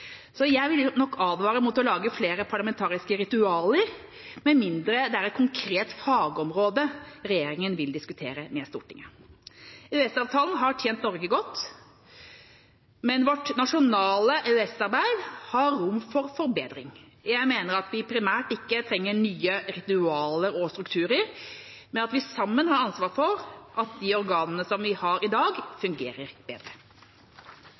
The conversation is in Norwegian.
Så jeg vil nok advare mot å lage flere parlamentariske ritualer, med mindre det er et konkret fagområde regjeringen vil diskutere med Stortinget. EØS-avtalen har tjent Norge godt, men vårt nasjonale EØS-arbeid har rom for forbedring. Jeg mener at vi primært ikke trenger nye ritualer og strukturer, men at vi sammen har ansvar for at de organene vi har i dag, fungerer bedre.